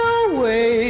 away